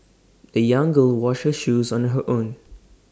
the young girl washed her shoes on her own